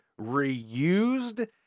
reused